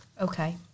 okay